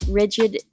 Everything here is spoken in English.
rigid